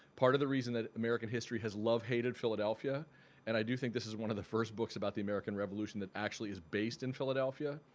part of the reason that american history has love-hated philadelphia and i do think this is one of the first books about the american revolution that actually is based in philadelphia,